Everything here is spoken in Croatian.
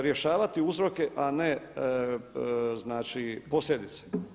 Rješavati uzroke, a ne posljedice.